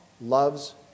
loves